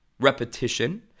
Repetition